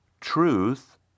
truth